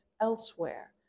elsewhere